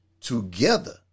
together